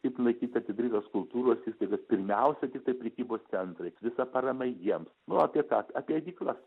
kaip laikyt atidarytas kultūros įstaigas pirmiausia tiktai prekybos centrai visa parama jiems nu apie ką apie ėdyklas